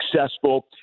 successful